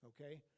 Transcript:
Okay